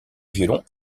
violon